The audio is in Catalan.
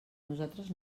nosaltres